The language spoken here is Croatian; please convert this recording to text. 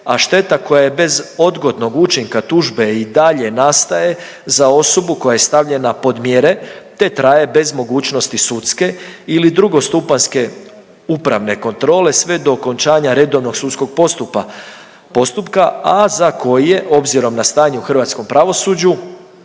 a šteta koja je bez odgodnog učinka tužbe i dalje nastaje za osobu koja je stavljena pod mjere, te traje bez mogućnosti sudske ili drugostupanjske upravne kontrole sve do okončanja redovnog sudskog postupka, a za koje obzirom na stanje u hrvatskom pravosuđu